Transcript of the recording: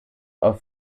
auf